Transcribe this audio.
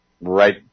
right